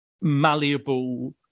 malleable